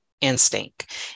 instinct